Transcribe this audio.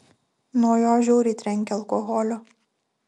nuo jo žiauriai trenkia alkoholiu